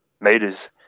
meters